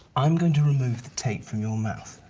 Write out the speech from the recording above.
i'm going to remove the tape from your mouth,